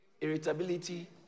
irritability